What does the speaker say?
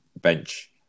bench